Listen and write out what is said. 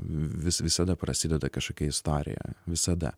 vis visada prasideda kažkokia istorija visada